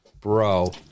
bro